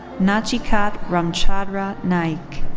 nachiket ramchandra naik.